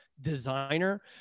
designer